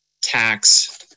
tax